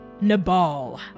Nabal